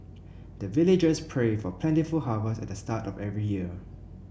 the villagers pray for plentiful harvest at the start of every year